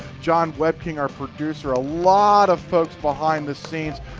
jon wepking our producer, a lot of folks behind the scenes,